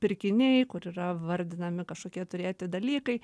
pirkiniai kur yra vardinami kažkokie turėti dalykai